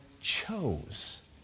chose